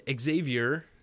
Xavier